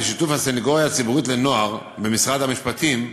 בשיתוף הסנגוריה הציבורית לנוער במשרד המשפטים,